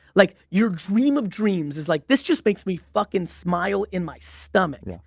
like your dream of dreams is like this just makes me fucking smile in my stomach.